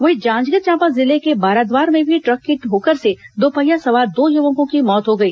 वहीं जांजगीर चांपा जिले के बारद्वार में भी ट्रक की ठोकर से दोपहिया सवार दो युवकों की मौत हो गई